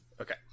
Okay